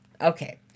Okay